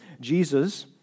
Jesus